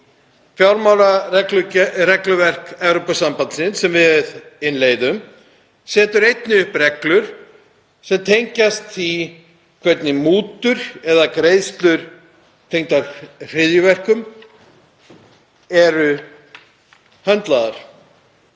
fjármálaregluverk Evrópusambandsins sem við innleiðum setur einnig upp reglur sem tengjast því hvernig mútur eða greiðslur tengdar hryðjuverkum eru höndlaðar.